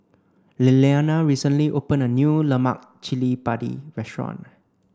Lilliana recently opened a new Lemak Cili Padi restaurant